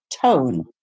tone